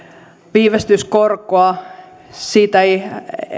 viivästyskorkoa siitä ei